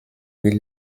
wild